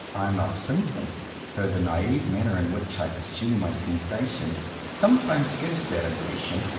i am not simple though the naive manner in which i pursue my sensa tions, sometimes gives that impression.